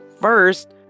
first